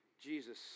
Jesus